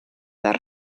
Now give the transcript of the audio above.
dal